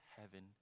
heaven